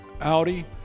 Audi